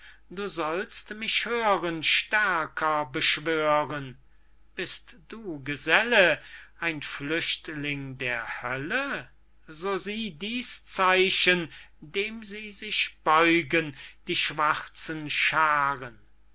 du sollst mich hören stärker beschwören bist du geselle ein flüchtling der hölle so sieh dies zeichen dem sie sich beugen die schwarzen schaaren